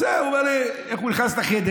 איך שהוא נכנס לחדר,